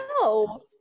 No